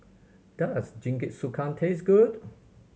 does Jingisukan taste good